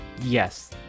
Yes